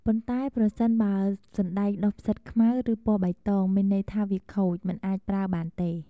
ប៉ុន្តែ ប្រសិនបើសណ្ដែកដុះផ្សិតខ្មៅ ឬពណ៌បៃតង មានន័យថាវាខូច មិនអាចប្រើបានទេ។